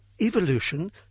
evolution